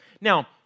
Now